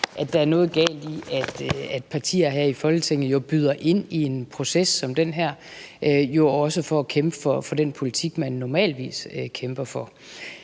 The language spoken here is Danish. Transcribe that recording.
at der er noget galt i, at partier her i Folketinget byder ind i en proces som den her, jo også for at kæmpe for den politik, man normalt kæmper for.